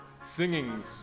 singing